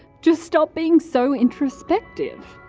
just stop being so introspective.